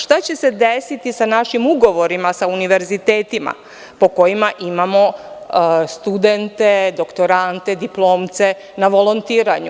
Šta će se desiti sa našim ugovorima sa univerzitetima po kojima imamo studente, doktorante, diplomce na volontiranju?